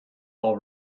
all